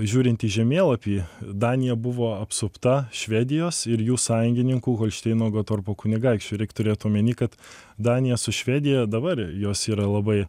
žiūrint į žemėlapį danija buvo apsupta švedijos ir jų sąjungininkų holšteino gotorpo kunigaikščių reik turėt omeny kad danija su švedija dabar jos yra labai